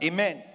Amen